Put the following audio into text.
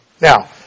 Now